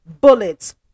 bullets